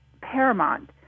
paramount